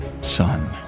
son